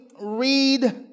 read